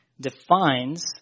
defines